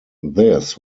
this